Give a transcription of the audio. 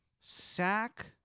sack